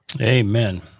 Amen